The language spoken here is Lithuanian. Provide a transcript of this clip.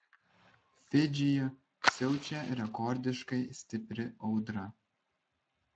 fidžyje siaučia rekordiškai stipri audra